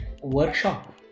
workshop